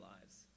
lives